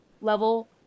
level